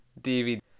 DVD